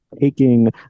taking